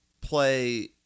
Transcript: play